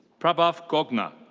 prabhav gogna.